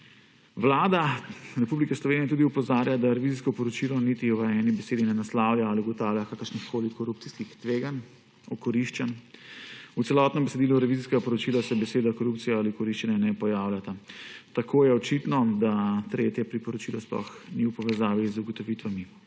Vlada Republike Slovenije tudi opozarja, da revizijsko poročilo niti v eni besedi ne naslavlja ali ugotavlja kakršnihkoli korupcijskih tveganj, okoriščanj. V celotnem besedilu revizijskega poročila se besedi korupcija ali okoriščanje ne pojavljata. Tako je očitno, da 3. priporočilo sploh ni v povezavi z ugotovitvami